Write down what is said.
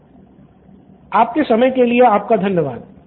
student 1 आपके समय के लिए आपका धन्यवाद